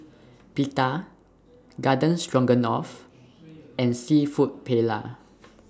Pita Garden Stroganoff and Seafood Paella